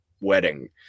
wedding